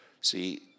See